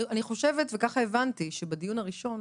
אני חושבת, וככה הבנתי, שבדיון הראשון